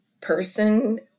person